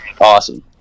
awesome